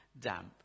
damp